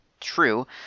true